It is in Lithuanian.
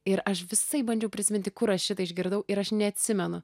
ir aš visaip bandžiau prisiminti kur aš šitą išgirdau ir aš neatsimenu